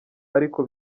ariko